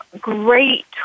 great